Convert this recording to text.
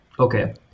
Okay